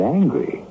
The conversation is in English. angry